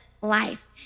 life